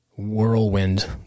whirlwind